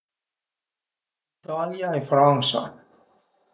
Italia e Fransa